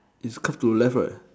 is cause to left right